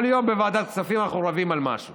כל יום בוועדת הכספים אנחנו רבים על משהו